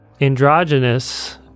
androgynous